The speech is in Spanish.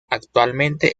actualmente